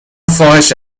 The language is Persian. فاحش